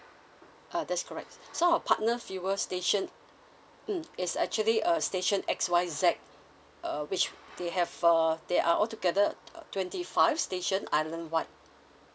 uh that's correct so our partner fuel station mm it's actually uh station X Y Z uh which they have uh they are all together uh twenty five station island wide